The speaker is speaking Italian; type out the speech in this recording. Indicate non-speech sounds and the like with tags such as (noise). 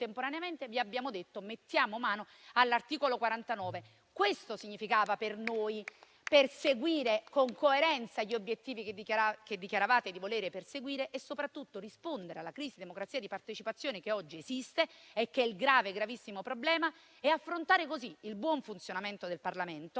vi abbiamo detto di mettere mano all'articolo 49. (applause) Questo significava per noi perseguire con coerenza gli obiettivi che dichiaravate di voler perseguire e, soprattutto, rispondere alla crisi di democrazia e di partecipazione che oggi esiste e che è un grave, gravissimo, problema. Si pensava di affrontare così il buon funzionamento del Parlamento,